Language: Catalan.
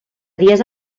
dies